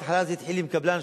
בהתחלה זה התחיל עם קבלן,